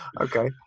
Okay